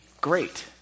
great